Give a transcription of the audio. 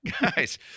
guys